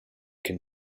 can